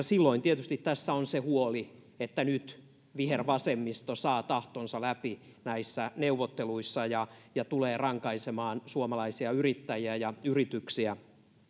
silloin tietysti tässä on se huoli että nyt vihervasemmisto saa tahtonsa läpi näissä neuvotteluissa ja ja tulee rankaisemaan suomalaisia yrittäjiä ja yrityksiä